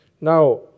Now